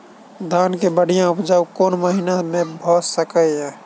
धान केँ बढ़िया उपजाउ कोण महीना मे भऽ सकैय?